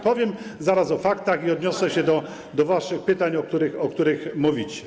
Powiem zaraz o faktach i odniosę się do waszych pytań i kwestii, o których mówicie.